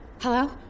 Hello